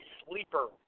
sleeper